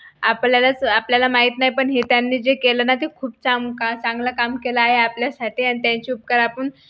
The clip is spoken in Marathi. आपल्यालाच आपल्याला माहीत नाही पण हे त्यांनी जे केलं ना ते खूप चाम का चांगलं काम केलं आहे आपल्यासाठी आणि त्यांचे उपकार आपण